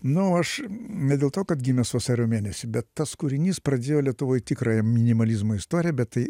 nu aš ne dėl to kad gimęs vasario mėnesį bet tas kūrinys pradėjo lietuvoj tikrąją minimalizmo istoriją bet tai